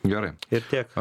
gerai tiek